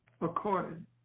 according